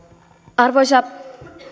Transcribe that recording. arvoisa